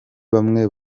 bamwe